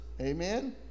Amen